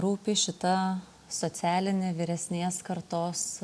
rūpi šita socialinė vyresnės kartos